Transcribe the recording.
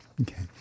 okay